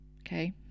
okay